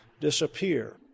disappear